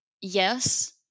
yes